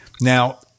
Now